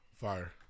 Fire